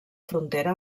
frontera